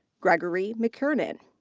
gregory mckiernan.